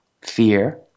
fear